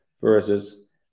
versus